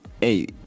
hey